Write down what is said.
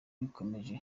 rikomeje